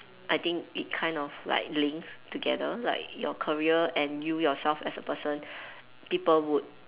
I think it kind of like links together like your career and you yourself as a person people would